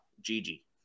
Gigi